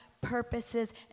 purposes